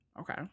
Okay